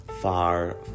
far